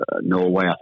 Norway